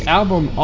album